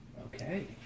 Okay